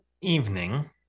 evening